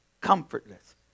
comfortless